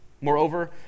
Moreover